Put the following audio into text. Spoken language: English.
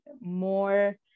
more